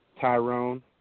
Tyrone